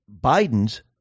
Biden's